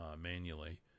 manually